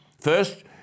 First